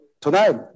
tonight